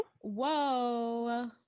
whoa